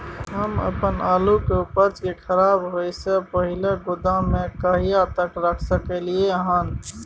हम अपन आलू के उपज के खराब होय से पहिले गोदाम में कहिया तक रख सकलियै हन?